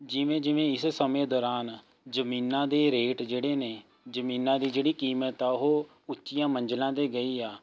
ਜਿਵੇਂ ਜਿਵੇਂ ਇਸ ਸਮੇਂ ਦੌਰਾਨ ਜ਼ਮੀਨਾਂ ਦੇ ਰੇਟ ਜਿਹੜੇ ਨੇ ਜ਼ਮੀਨਾਂ ਦੀ ਜਿਹੜੀ ਕੀਮਤ ਹੈ ਉਹ ਉੱਚੀਆਂ ਮੰਜਿਲਾਂ 'ਤੇ ਗਈ ਹਾਂ